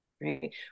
right